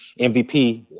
MVP